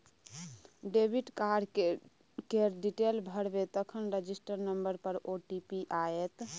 debit card केर detail भरबै तखन रजिस्टर नंबर पर ओ.टी.पी आएत